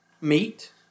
meat